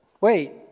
wait